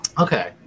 okay